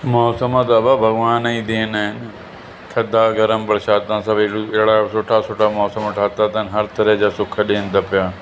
मौसम त बाबा भॻवान जी देन आहिनि थधा गर्म बरसातां सभु अहिड़ा सुठा सुठा मौसम ठाहियां अथनि हर तरह जा सुख ॾियनि था पिया